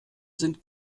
sind